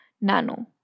Nano